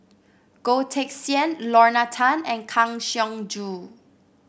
Goh Teck Sian Lorna Tan and Kang Siong Joo